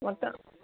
மொத்த